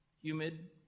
humid